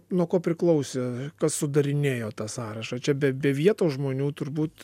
nuo ko priklausė kas sudarinėjo tą sąrašą čia be be vietos žmonių turbūt